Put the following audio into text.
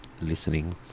listening